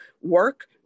work